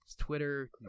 Twitter